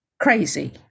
crazy